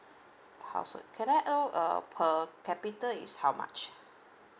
household can I know uh per capital is how much